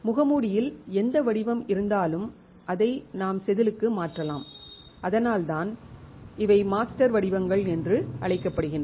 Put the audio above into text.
முகமூடியில் எந்த வடிவம் இருந்தாலும் அதை நாம் செதிலுக்கு மாற்றலாம் அதனால்தான் இவை மாஸ்டர் வடிவங்கள் என்று அழைக்கப்படுகின்றன